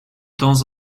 temps